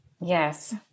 Yes